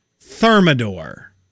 Thermidor